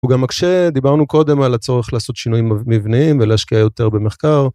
הוא גם מקשה, דיברנו קודם על הצורך לעשות שינויים מבנים ולהשקיע יותר במחקר.